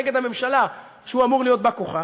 נגד הממשלה שהוא אמור להיות בא-כוחה,